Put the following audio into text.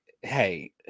hey